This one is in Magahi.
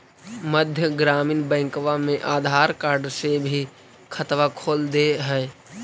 मध्य ग्रामीण बैंकवा मे आधार कार्ड से भी खतवा खोल दे है?